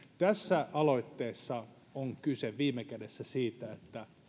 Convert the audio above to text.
tässä aloitteessa on kyse viime kädessä siitä